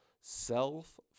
self